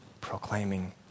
proclaiming